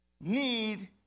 need